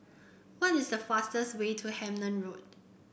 what is the fastest way to Hemmant Road